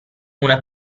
una